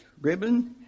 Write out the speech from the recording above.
ribbon